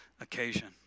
occasion